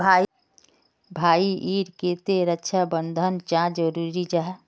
भाई ईर केते रक्षा प्रबंधन चाँ जरूरी जाहा?